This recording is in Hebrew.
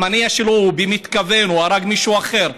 המניע שלו הוא במתכוון, או הרג מישהו אחר,